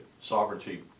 Sovereignty